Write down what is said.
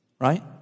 right